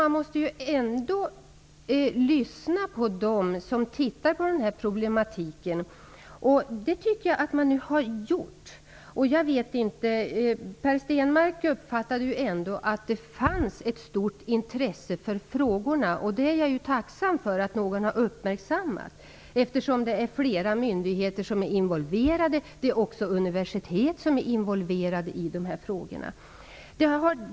Man måste lyssna på dem som undersöker de här problemen. Det tycker jag att man nu har gjort. Per Stenmarck hade ju ändå uppfattningen att det finns ett stort intresse för dessa frågor. Jag är tacksam för att någon har uppmärksammat det, eftersom flera myndigheter -- och också universitet -- är involverade i de här frågorna.